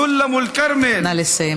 סולם הכרמל.) נא לסיים,